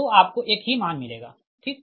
तो आपको एक ही मान मिलेगा ठीक